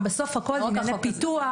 בסוף הכול זה ענייני פיתוח,